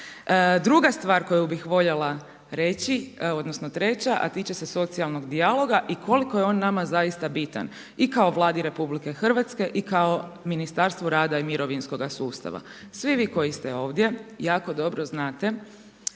Druga stvar koju bih voljela reći, odnosno treća, a tiče se socijalnog dijaloga i koliko je on nama zaista bitan i kao Vladi RH i kao Ministarstvu rada i mirovinskoga sustava. Svi vi koji ste ovdje jako dobro znate